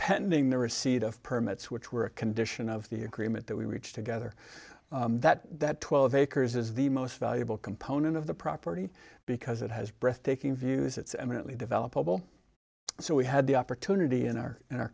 pending the receipt of permits which were a condition of the agreement that we reached together that that twelve acres is the most valuable component of the property because it has breathtaking views it's eminently developable so we had the opportunity in our in our